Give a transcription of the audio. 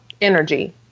energy